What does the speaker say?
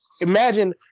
imagine